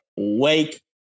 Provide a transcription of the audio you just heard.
Wake